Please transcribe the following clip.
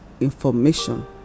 information